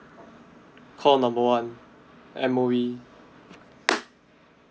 call number one M_O_E